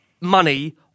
money